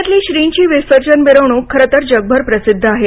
पुण्यातली श्रींची विसर्जन मिरवणूक खरंतर जगभर प्रसिद्ध आहे